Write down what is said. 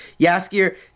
Yaskier